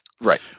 Right